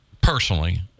personally